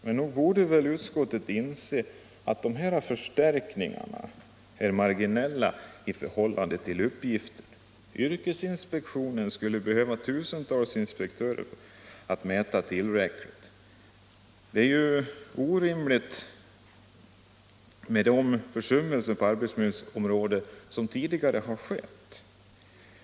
Men nog borde utskottet inse att dessa förstärkningar är marginella i förhållande till uppgiften. Yrkesinspektionen skulle behöva tusentals inspektörer för att kunna mäta tillräckligt. Detta är i dag orimligt beroende på tidigare försummelser på arbetsmiljöns område.